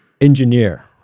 Engineer